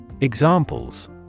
Examples